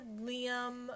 Liam